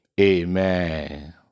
Amen